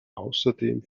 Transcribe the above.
außerdem